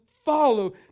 Follow